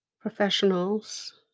professionals